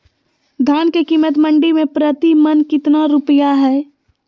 धान के कीमत मंडी में प्रति मन कितना रुपया हाय?